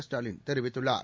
ஸ்டாலின் தெரிவித்துள்ளார்